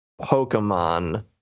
Pokemon